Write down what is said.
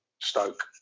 Stoke